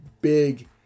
big